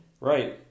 Right